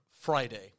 Friday